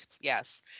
Yes